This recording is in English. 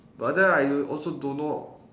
but then I a~ also don't know